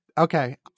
Okay